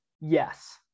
Yes